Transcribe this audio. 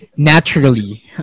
Naturally